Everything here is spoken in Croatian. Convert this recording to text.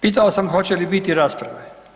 Pitao sam hoće li biti rasprave?